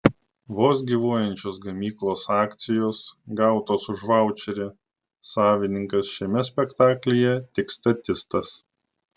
vos gyvuojančios gamyklos akcijos gautos už vaučerį savininkas šiame spektaklyje tik statistas